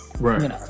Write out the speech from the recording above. Right